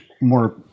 more